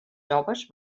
joves